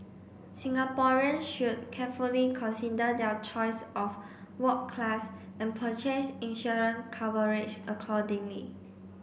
Singaporeans should carefully consider their choice of ward class and purchase insurance coverage accordingly